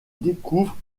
découvrent